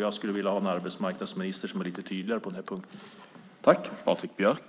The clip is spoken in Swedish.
Jag skulle vilja ha en arbetsmarknadsminister som är lite tydligare på den här punkten.